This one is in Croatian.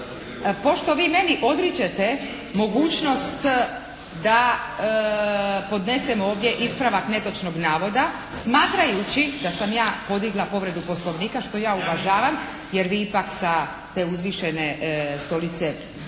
Pošto vi meni odričete mogućnost da podnesem ovdje ispravak netočnog navoda smatrajući da sam ja podigla povredu Poslovnika što ja uvažavam jer vi ipak sa te uzvišene stolice bolje